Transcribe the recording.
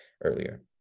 earlier